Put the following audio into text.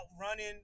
running